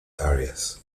areas